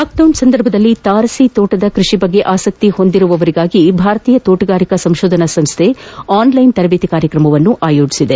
lockdown ಸಂದರ್ಭದಲ್ಲಿ ತಾರಸಿ ತೋಟದ ಕೃಷಿ ಬಗ್ಗೆ ಆಸಕ್ತಿ ಹೊಂದಿರುವವರಿಗಾಗಿ ಭಾರತೀಯ ತೋಟಗಾರಿಕಾ ಸಂಶೋಧನಾ ಸಂಶ್ವೆ ಆನ್ಲೈನ್ ಮೂಲಕ ತರಜೇತಿ ಕಾರ್ಯಕ್ರಮ ಪಮ್ಯಕೊಂಡಿದೆ